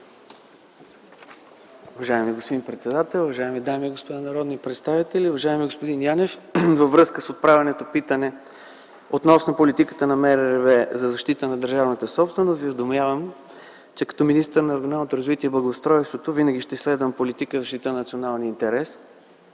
Уважаеми господин председател, уважаеми дами и господа народни представители, уважаеми господин Янев! Във връзка с отправеното питане относно политиката на МРРБ за защита на държавната собственост Ви уведомявам, че като министър на регионалното развитие и благоустройството винаги ще следвам политика в защита на националния интерес